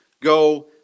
go